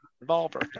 revolver